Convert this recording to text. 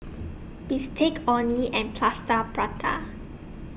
Bistake Orh Nee and Plaster Prata